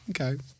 Okay